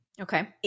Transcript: okay